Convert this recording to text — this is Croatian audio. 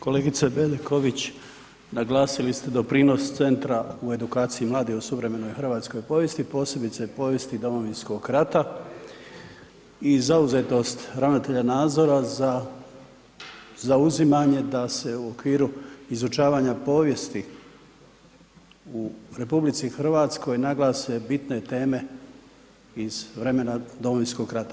Kolegice Bedeković naglasili ste doprinos centra u edukaciji mladih u suvremenoj hrvatskoj povijesti, posebice povijesti Domovinskog rata i zauzetost ravnatelja Nazora za zauzimanje da se u okviru izučavanja povijesti u RH naglase bitne teme iz vremena Domovinskog rata.